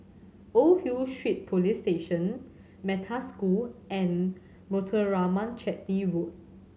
Old Hill Street Police Station Metta School and Muthuraman Chetty Road